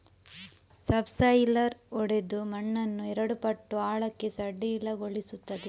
subsoiler ಒಡೆದು ಮಣ್ಣನ್ನು ಎರಡು ಪಟ್ಟು ಆಳಕ್ಕೆ ಸಡಿಲಗೊಳಿಸುತ್ತದೆ